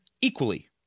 equally